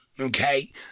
Okay